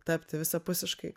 tapti visapusiškai